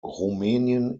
rumänien